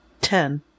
ten